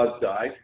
died